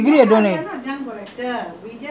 uh your father is a junk collector [what]